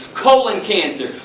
colon cancer,